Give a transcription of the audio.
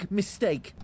mistake